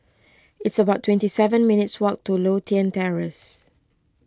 it's about twenty seven minutes' walk to Lothian Terrace